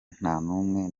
ntanumwe